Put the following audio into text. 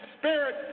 spirit